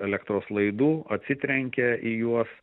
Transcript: elektros laidų atsitrenkia į juos